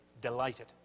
delighted